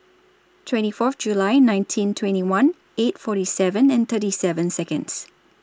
twenty four July nineteen twenty one eight forty seven and thirty seven Seconds